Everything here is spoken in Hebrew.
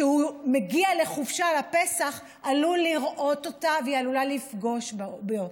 כשהוא מגיע לחופשה לפסח הוא עלול לראות אותה והיא עלולה לפגוש בו.